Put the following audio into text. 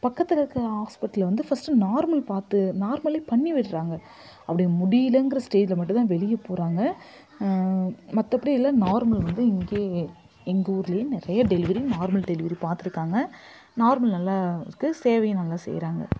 பக்கத்தில் இருக்கிற ஹாஸ்ப்பிட்டல்ல வந்து ஃபர்ஸ்ட் நார்மல் பார்த்து நார்மலே பண்ணி விடுறாங்க அப்படி முடியிலங்கிற ஸ்டேஜில் மட்டும் தான் வெளியே போகிறாங்க மற்றப்படி எல்லாம் நார்மல் வந்து இங்கேயே எங்கள் ஊரிலயே நிறைய டெலிவரி நார்மல் டெலிவரி பார்த்துருக்காங்க நார்மல் நல்லா இருக்குது சேவையும் நல்லா செய்கிறாங்க